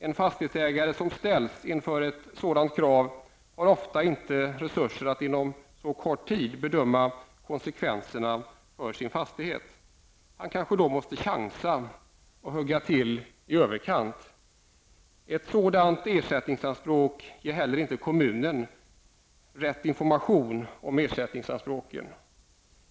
En fastighetsägare som ställs inför ett sådant krav har ofta inte resurser att inom så kort tid bedöma konsekvenserna för sin fastighet. Han kanske då måste chansa och hugga till i överkant. Ett sådant ersättningsanspråk ger heller inte kommunen rätt information om ersättningsanspråken.